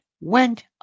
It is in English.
went